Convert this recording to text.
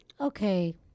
okay